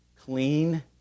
clean